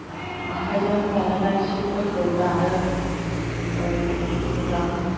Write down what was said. आखायजों बानायनाय जिफोरखौ दानो मोजां मोनो